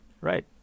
Right